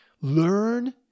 Learn